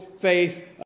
faith